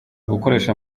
gukoresha